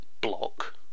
block